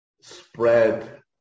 spread